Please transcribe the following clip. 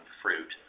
fruit